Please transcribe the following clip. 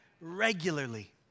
regularly